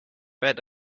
bet